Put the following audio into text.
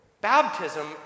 Baptism